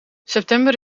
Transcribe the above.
september